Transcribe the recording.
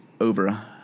over